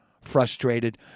frustrated